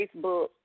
Facebook